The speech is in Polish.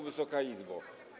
Wysoka Izbo!